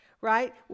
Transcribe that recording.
right